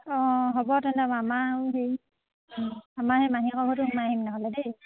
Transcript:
অঁ হ'ব তেনে বাৰু আমাৰো হেৰি আমাৰ সেই মাহীহঁতৰ ঘৰতো সোমাই আহিম নহ'লে দেই